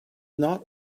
not